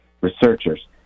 researchers